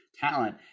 talent